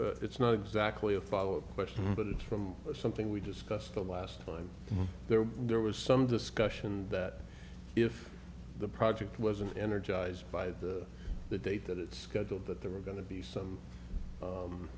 it's not exactly a follow up question but it's from something we discussed the last time there were there was some discussion that if the project wasn't energized by the the date that it scheduled that there were going to be some